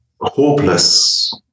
hopeless